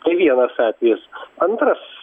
tai vienas atvejis antras ir